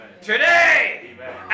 today